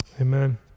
Amen